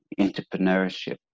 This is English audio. entrepreneurship